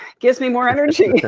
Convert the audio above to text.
gives me more energy.